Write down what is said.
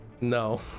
No